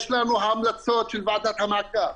יש לנו המלצות של ועדת המעקב.